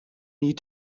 need